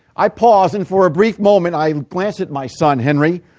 i paused, and for a brief moment i glanced at my son henry,